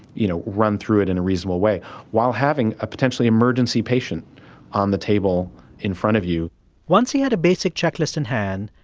you know, run through it in a reasonable way while having a potentially emergency patient on the table in front of you once he had a basic checklist in hand,